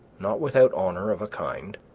not without honor of a kind